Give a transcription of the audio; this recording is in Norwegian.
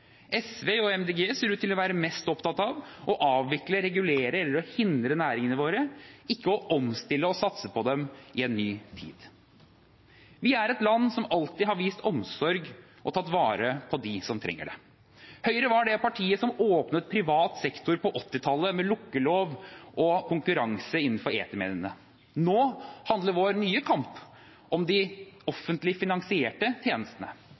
SV og Miljøpartiet De Grønne ser ut til å være mest opptatt av å avvikle, regulere eller å hindre næringene våre, ikke å omstille og satse på dem i en ny tid. Vi er et land som alltid har vist omsorg og tatt vare på dem som trenger det. Høyre var det partiet som åpnet privat sektor på 1980-tallet med lukkelov og konkurranse innenfor etermediene. Nå handler vår nye kamp om de offentlig finansierte tjenestene